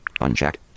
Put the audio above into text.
Unchecked